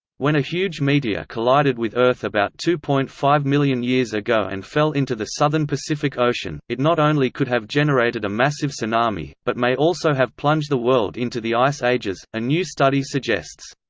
when a huge meteor collided with earth about two point five million years ago and fell into the southern pacific ocean, it not only could have generated a massive tsunami, but may also have plunged the world into the ice ages, a new study suggests.